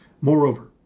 Moreover